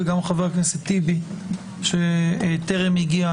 וחבר הכנסת טיבי שטרם הגיע,